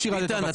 איתן,